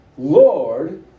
Lord